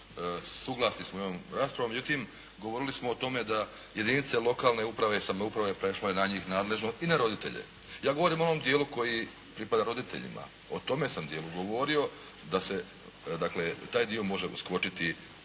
suglasni smo i ovom raspravom. Međutim, govorili smo o tome da jedinice lokalne uprave i samouprave prešlo je na njih nadležnost i na roditelje. Ja govorim o ovom dijelu koji pripada roditeljima. O tome sam dijelu govorio. Da se u taj dio može uskočiti